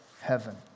heaven